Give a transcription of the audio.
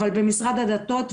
אבל במשרד הדתות,